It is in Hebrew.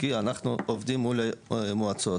כי אנחנו עובדים מול המועצות.